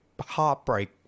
Heartbreak